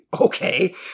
Okay